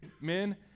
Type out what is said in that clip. men